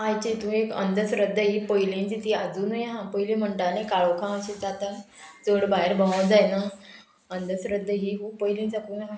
आयचे हितून एक अंधश्रद्धा ही पयलींची ती आजुनूय आहा पयलीं म्हणटालीं काळोखांत अशें जाता चड भायर भोंव जायना अंधश्रद्धा ही खूब पयलीं साकून आहा